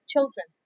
Children